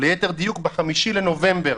ליתר דיוק ב-5 בנובמבר